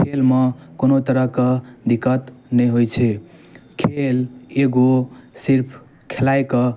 खेलमे कोनो तरहके दिक्कत नहि होइ छै खेल एगो सिर्फ खेलाइके